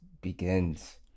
begins